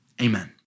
Amen